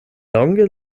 longe